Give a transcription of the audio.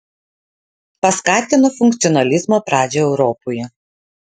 paskatino funkcionalizmo pradžią europoje